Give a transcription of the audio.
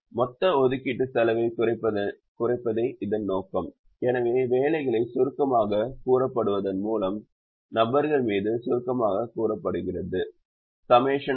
மொத்த ஒதுக்கீட்டு செலவைக் குறைப்பதே இதன் நோக்கம் எனவே வேலைகள் சுருக்கமாகக் கூறப்படுவதன் மூலம் நபர்கள் மீது சுருக்கமாகக் கூறப்படுகிறது ∑i∑j Cij Xij